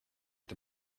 the